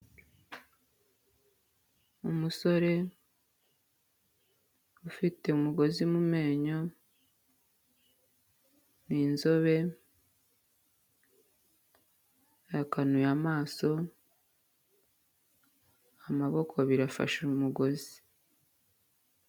Umusore ufite umugozi mu menyo, ni inzobe yakanuye amaso, amaboko abiri afashe mu mugozi.